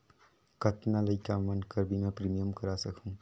कतना लइका मन कर बीमा प्रीमियम करा सकहुं?